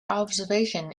observation